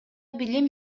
билим